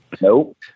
Nope